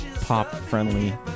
pop-friendly